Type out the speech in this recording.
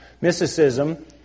Mysticism